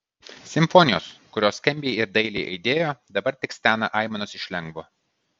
simfonijos kurios skambiai ir dailiai aidėjo dabar tik stena aimanos iš lengvo